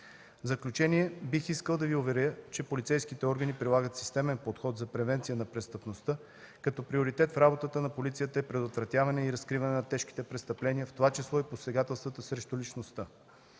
В заключение бих искал да Ви уверя, че полицейските органи прилагат системен подход за превенция на престъпността, като приоритет в работата на полицията е предотвратяване и разкриване на тежките престъпления, в това число и посегателството срещу личността.